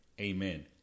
Amen